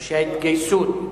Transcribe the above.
שהתגייסות,